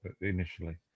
initially